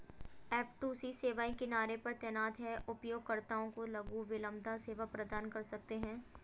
F two C सेवाएं किनारे पर तैनात हैं, उपयोगकर्ताओं को लघु विलंबता सेवा प्रदान कर सकते हैं